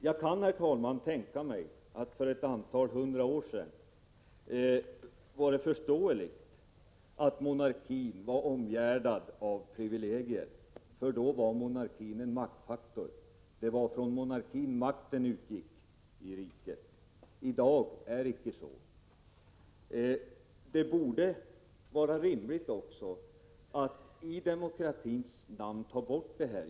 Jag kan, herr talman, tänka mig att det för något hundratal år sedan var förståeligt att monarkin var omgärdad av privilegier. Då var monarkin en maktfaktor — det var från den som makten i riket utgick. I dag är det icke så. Det är i demokratins namn rimligt att denna regel tas bort.